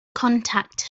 contact